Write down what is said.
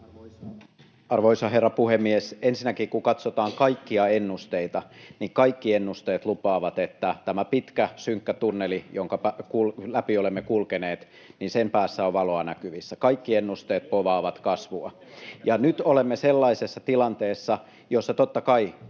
Arvoisa herra puhemies! Ensinnäkin kun katsotaan kaikkia ennusteita, niin kaikki ennusteet lupaavat, että tämän pitkän, synkän tunnelin päässä, jonka läpi olemme kulkeneet, on valoa näkyvissä, kaikki ennusteet povaavat kasvua. Ja nyt olemme sellaisessa tilanteessa, jossa totta kai